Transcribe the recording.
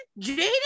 jaden